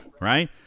right